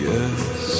Yes